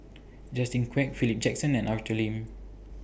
Justin Quek Philip Jackson and Arthur Lim